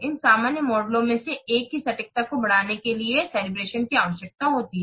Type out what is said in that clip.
इन सामान्य मॉडलों में से एक की सटीकता को बढ़ाने के लिए केलेब्रतिओन की आवश्यकता होती है